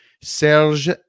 Serge